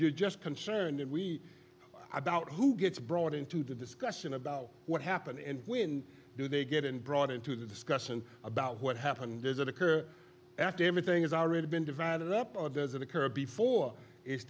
just concerned that we about who gets brought into the discussion about what happened and when do they get and brought into the discussion about what happened does it occur after everything has already been divided up or does it occur before it's